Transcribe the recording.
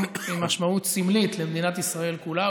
עם משמעות סמלית למדינת ישראל כולה,